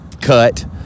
cut